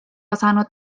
osanud